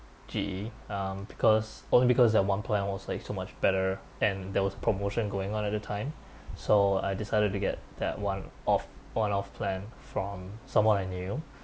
G_E um because only because that one plan was like so much better and there was promotion going on at the time so I decided to get that one of one of plan from someone I knew